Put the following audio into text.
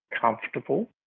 comfortable